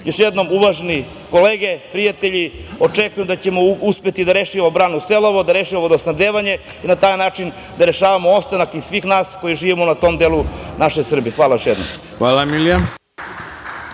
jednom, uvažene kolege, prijatelji, očekujem da ćemo uspeti da rešimo branu „Selova“, da rešimo vodosnabdevanje i da na taj način rešimo ostanak svih nas koji živimo u tom delu naše Srbije. Hvala. **Ivica Dačić**